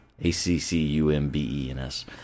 A-C-C-U-M-B-E-N-S